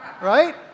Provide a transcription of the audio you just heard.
right